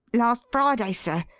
last friday, sir,